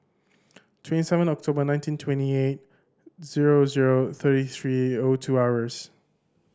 twenty seven October nineteen twenty eight zero zero thirty three O two hours